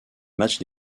matchs